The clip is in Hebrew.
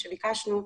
שביקשנו,